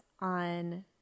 on